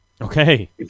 Okay